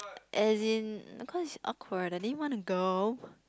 as in cause it awkward I didn't want to go